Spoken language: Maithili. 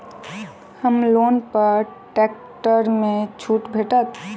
होम लोन पर टैक्स मे छुट भेटत की